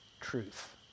truth